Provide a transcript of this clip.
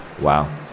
Wow